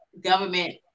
government